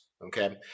Okay